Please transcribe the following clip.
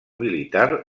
militar